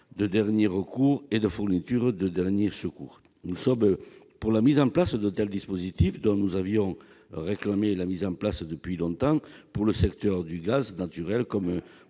de dernier recours et de dernier secours. Nous sommes favorables à de tels dispositifs, dont nous avons réclamé la mise en place depuis longtemps, pour le secteur du gaz naturel comme